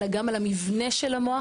אלא גם על המבנה של המוח.